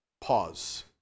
Pause